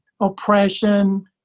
oppression